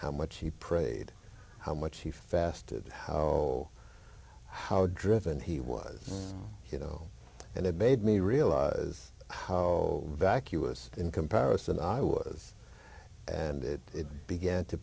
how much he prayed how much he fasted how how driven he was you know and it made me realize how vacuous in comparison i was and it began to